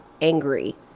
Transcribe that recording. angry